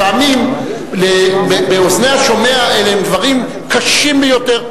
לפעמים באוזני השומע אלה הם דברים קשים ביותר,